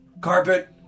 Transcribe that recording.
Carpet